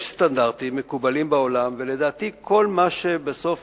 יש סטנדרטים מקובלים בעולם, ולדעתי כל מה שבסוף